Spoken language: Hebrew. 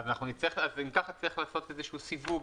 אז אם ככה אנחנו נצטרך לעשות איזשהו סיווג